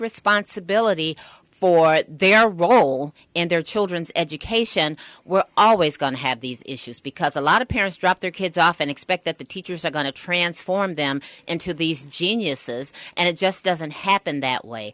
responsibility for their role in their children's education well i always gone have these issues because a lot of parents drop their kids off and expect that the teachers are going to transform them into these geniuses and it just doesn't happen that way